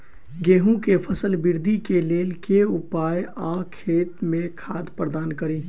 गेंहूँ केँ फसल वृद्धि केँ लेल केँ उपाय आ खेत मे खाद प्रदान कड़ी?